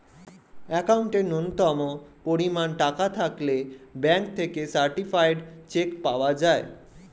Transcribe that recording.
অ্যাকাউন্টে ন্যূনতম পরিমাণ টাকা থাকলে ব্যাঙ্ক থেকে সার্টিফায়েড চেক পাওয়া যায়